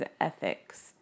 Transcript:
ethics